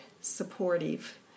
supportive